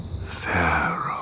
Pharaoh